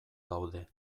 daude